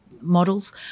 models